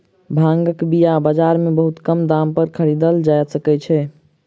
भांगक बीया बाजार में बहुत कम दाम पर खरीदल जा सकै छै